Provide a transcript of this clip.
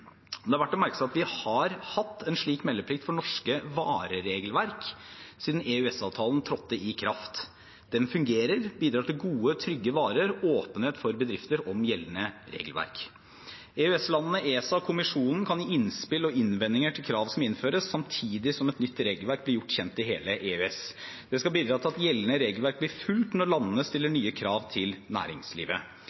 Det er verdt å merke seg at vi har hatt en slik meldeplikt for norske vareregelverk siden EØS-avtalen trådte i kraft. Den fungerer, og den bidrar til gode, trygge varer og åpenhet for bedrifter om gjeldende regelverk. EØS-landene, ESA og Kommisjonen kan gi innspill og innvendinger til krav som innføres, samtidig som et nytt regelverk blir gjort kjent i hele EØS. Det skal bidra til at gjeldende regelverk blir fulgt når landene stiller